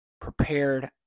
prepared